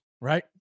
right